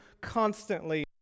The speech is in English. constantly